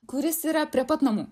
kuris yra prie pat namų